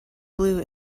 blue